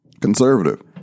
Conservative